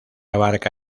abarca